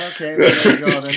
okay